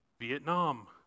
Vietnam